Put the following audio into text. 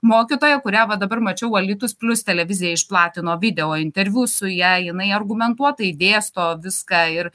mokytoja kurią va dabar mačiau alytus plius televizija išplatino video interviu su ja jinai argumentuotai dėsto viską ir